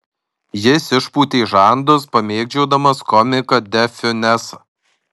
jis išpūtė žandus pamėgdžiodamas komiką de fiunesą